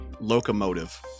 Locomotive